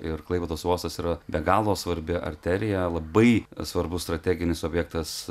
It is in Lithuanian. ir klaipėdos uostas yra be galo svarbi arterija labai svarbus strateginis objektas